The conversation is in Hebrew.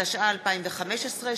התשע"ו 2016,